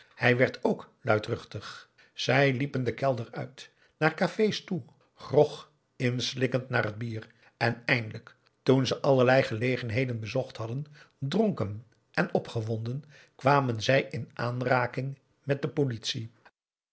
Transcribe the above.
hij werd k luidruchtig zij liepen den kelder uit naar café's toe grog inslikkend na het bier en eindelijk toen ze allerlei gelegenheden bezocht hadden dronken en opgewonden kwamen zij in aanraking met de politie